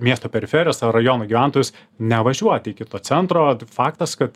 miesto periferijos rajonų gyventojus nevažiuoti iki to centro tai faktas kad